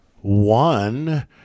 one